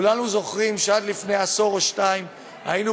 כולנו זוכרים שעד לפני עשור או שניים היינו